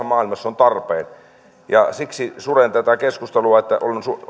maailmassa on tarpeen siksi suren tätä keskustelua että